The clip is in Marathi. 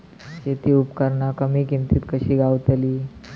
शेती उपकरणा कमी किमतीत कशी गावतली?